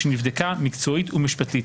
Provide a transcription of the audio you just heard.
שנבדקה מקצועית ומשפטית.